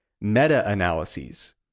meta-analyses